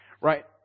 Right